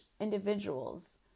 individuals